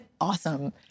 awesome